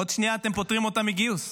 עוד שנייה אתם פוטרים אותם מגיוס.